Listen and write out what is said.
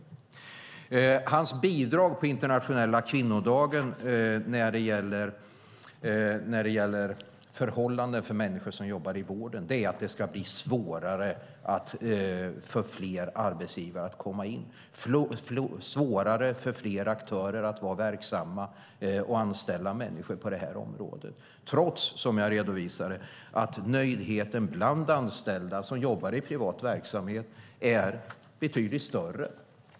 Lennart Axelssons bidrag på internationella kvinnodagen gällande förhållanden för människor som jobbar i vården är att det ska bli svårare för fler arbetsgivare att komma in, svårare för fler aktörer att vara verksamma och anställa människor på det här området, trots att, som jag redovisade, nöjdheten bland anställda som jobbar i privat verksamhet är betydligt större.